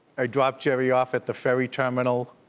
i dropped gerry off at the ferry terminal,